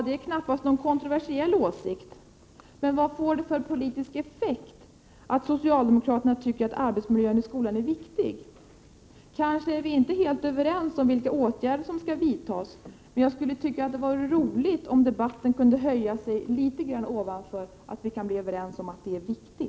Det är knappast någon kontroversiell åsikt. Men vad får det för politisk effekt att socialdemokraterna tycker att arbetsmiljön i skolan är viktig? Kanske är vi inte helt överens som vilka åtgärder som skall vidtas, men jag skulle tycka att det vore roligt om debatten kunde höja sig litet grand ovanför att vi kan bli överens om att arbetsmiljön är viktig.